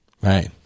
Right